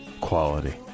quality